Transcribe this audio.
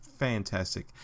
Fantastic